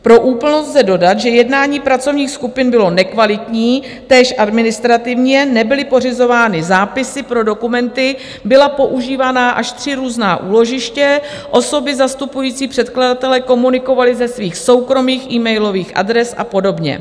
Pro úplnost lze dodat, že jednání pracovních skupin bylo nekvalitní, též administrativně nebyly pořizovány zápisy pro dokumenty, byla používaná až tři různá úložiště, osoby zastupující předkladatele komunikovaly ze svých soukromých emailových adres a podobně.